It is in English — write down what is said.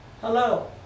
Hello